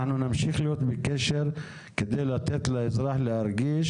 אנחנו נמשיך להיות בקשר כדי לתת לאזרח להרגיש